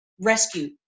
rescue